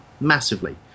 massively